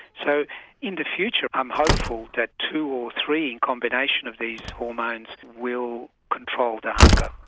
so in the future i'm hopeful that two or three combinations of these hormones will control the hunger.